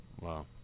wow